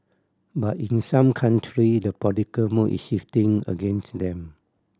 but in some country the political mood is shifting against them